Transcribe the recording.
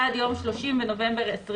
עד יום (30 בנובמבר 2020)